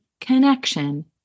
connection